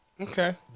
Okay